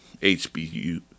HBU